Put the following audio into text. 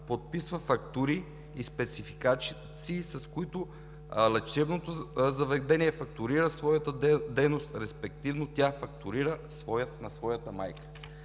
подписва фактури и спецификации, с които лечебното заведение фактурира своята дейност, респективно тя фактурира на своята майка.